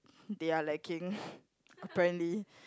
they are lacking apparently